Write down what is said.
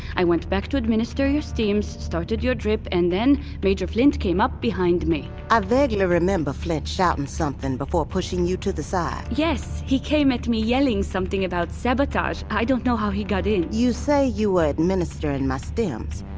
i went back to administer your stims, started your drip, and then major flint came up behind me i vaguely remember flint shouting something before pushing you to the side yes, he came at me, yelling something about sabotage. i don't know how he got in you say you were administering and my stims,